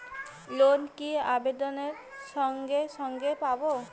Loan কি আবেদনের সঙ্গে সঙ্গে পাব?